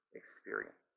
experience